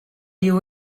you